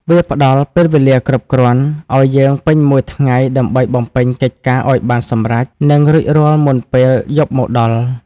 វាផ្ដល់ពេលវេលាគ្រប់គ្រាន់ ឱ្យយើងពេញមួយថ្ងៃដើម្បីបំពេញកិច្ចការឱ្យបានសម្រេច និងរួចរាល់មុនពេលយប់មកដល់ ។